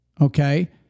Okay